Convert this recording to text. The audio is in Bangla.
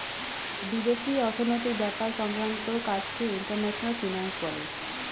বিদেশি অর্থনৈতিক ব্যাপার সংক্রান্ত কাজকে ইন্টারন্যাশনাল ফিন্যান্স বলে